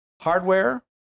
hardware